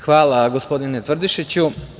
Hvala, gospodine Tvrdišiću.